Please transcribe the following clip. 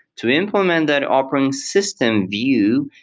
to implement that operating system view,